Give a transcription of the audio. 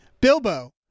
Bilbo